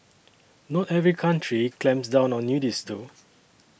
not every country clamps down on nudists though